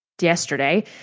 yesterday